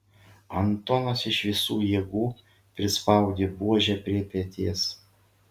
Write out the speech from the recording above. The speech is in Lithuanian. antonas iš visų jėgų prispaudė buožę prie peties